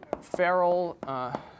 Farrell